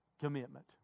commitment